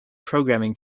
programming